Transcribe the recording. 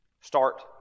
start